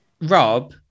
Rob